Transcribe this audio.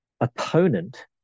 opponent